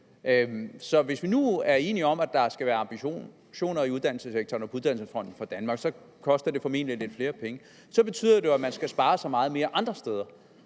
Vi er enige om, at der skal være ambitioner i uddannelsessektoren og på uddannelsesfronten i Danmark, men så koster det formentlig lidt flere penge, og så betyder det jo, at man skal spare så meget mere andre steder.